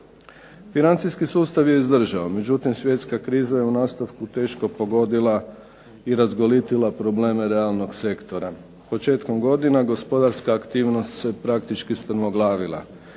Financijski sustav je izdržao, međutim svjetska kriza je u nastavku teško pogodila i razgolitila probleme realnog sektora. Početkom godine gospodarska aktivnost se praktično strmoglavila.